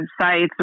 websites